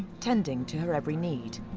tending to her every need.